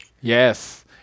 Yes